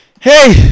Hey